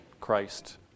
Christ